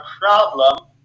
problem